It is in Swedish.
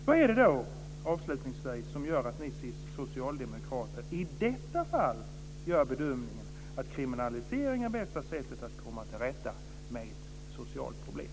Vad är det då, avslutningsvis, som gör att ni socialdemokrater i detta fall gör bedömningen att kriminalisering är bästa sättet att komma till rätta med ett socialt problem?